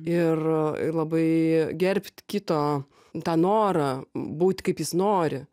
ir ir labai gerbt kito tą norą būt kaip jis nori